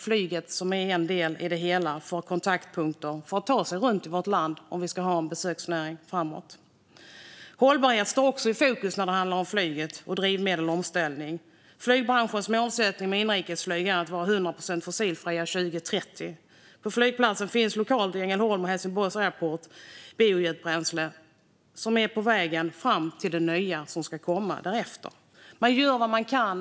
Flyget står för en del av de kontaktpunkter som behövs för att man ska kunna ta sig runt i vårt land, så att vi kan ha en besöksnäring framöver. Hållbarhet, omställning och drivmedel står också i fokus när det handlar om flyg. Flygbranschens målsättning är att inrikesflyget ska vara till 100 procent fossilfritt 2030. Lokalt på flygplatsen Ängelholm Helsingborg Airport finns biojetbränsle på vägen fram mot det nya som ska komma därefter. Man gör vad man kan.